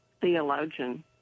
theologian